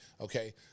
Okay